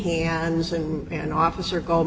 hands and an officer called